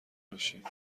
میشیم